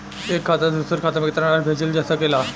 एक खाता से दूसर खाता में केतना राशि भेजल जा सके ला?